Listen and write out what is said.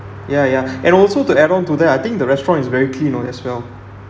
ya ya and also to add on to that I think the restaurant is very clean orh as well